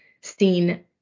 seen